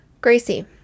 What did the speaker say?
Gracie